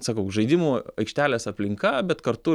sakau žaidimų aikštelės aplinka bet kartu